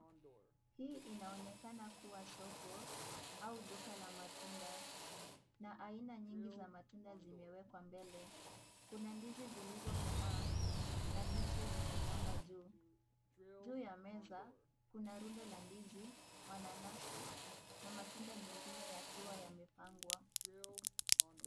Hii inaonekana kuwa soko au duka la matunda na aina nyingi za matunda zimewekwa mbele. Kuna ndizi zilizokomaa na mbichi zimenyongwa juu. Juu ya mez akuna rundo la ndizi, mananasi na matunda mengine yakiwa yamepangwa.